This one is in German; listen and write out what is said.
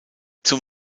zum